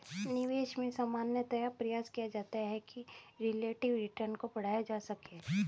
निवेश में सामान्यतया प्रयास किया जाता है कि रिलेटिव रिटर्न को बढ़ाया जा सके